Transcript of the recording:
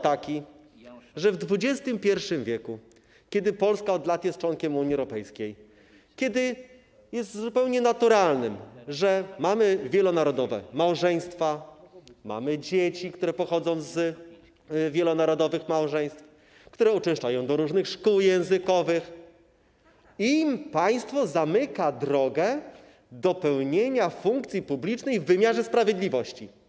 Taki, że w XXI w., kiedy Polska od lat jest członkiem Unii Europejskiej, kiedy jest zupełnie naturalne, że mamy wielonarodowe małżeństwa, mamy dzieci, które pochodzą z wielonarodowych małżeństw, które uczęszczają do różnych szkół językowych, państwo zamyka im drogę do pełnienia funkcji publicznych w wymiarze sprawiedliwości.